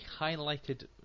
highlighted